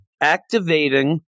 activating